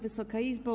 Wysoka Izbo!